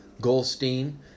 Goldstein